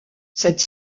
cette